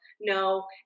No